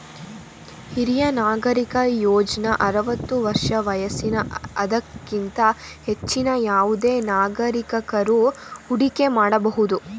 ಹಿರಿಯ ನಾಗರಿಕ ಯೋಜ್ನ ಆರವತ್ತು ವರ್ಷ ವಯಸ್ಸಿನ ಅದಕ್ಕಿಂತ ಹೆಚ್ಚಿನ ಯಾವುದೆ ನಾಗರಿಕಕರು ಹೂಡಿಕೆ ಮಾಡಬಹುದು